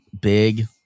big